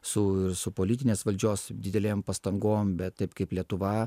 su su politinės valdžios didelėm pastangom bet taip kaip lietuva